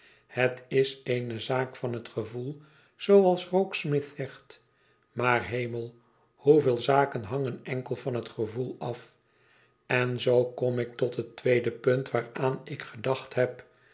het is eene zaak van het gevoel zooals rokesmith zegt maar hemel hoeveel zaken hangen enkel van het gevoel af n zoo kom ik tot het tweede punt waaraan ik gedacht heb